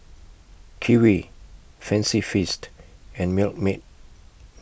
Kiwi Fancy Feast and Milkmaid